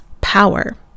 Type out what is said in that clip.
power